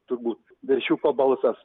turbūt veršiuko balsas